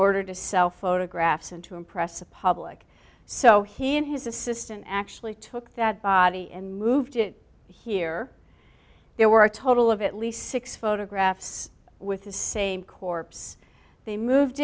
order to sell photographs and to impress the public so he and his assistant actually took that body and moved it here there were a total of at least six photographs with the same corpse they moved